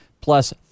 plus